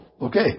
okay